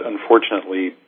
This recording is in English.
unfortunately